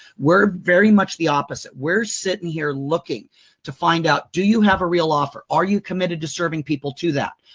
we're very much the opposite. we're sittin' here looking to find out do you have a real offer? are you committed to serving people to that?